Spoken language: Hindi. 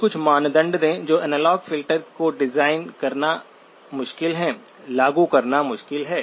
मुझे कुछ मानदंड दें जो एनालॉग फ़िल्टर को डिज़ाइन करना मुश्किल है लागू करना मुश्किल है